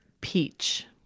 peach